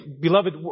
Beloved